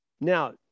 Now